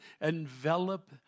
envelop